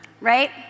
Right